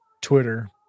Twitter